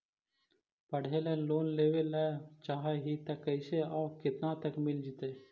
पढ़े ल लोन लेबे ल चाह ही त कैसे औ केतना तक मिल जितै?